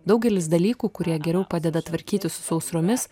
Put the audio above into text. daugelis dalykų kurie geriau padeda tvarkytis su sausromis